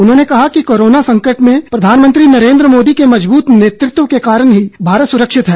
उन्होंने कहा कि कोरोना के संकट में प्रधानमंत्री नरेन्द्र मोदी के मजबूत नेतृत्व के कारण ही भारत सुरक्षित है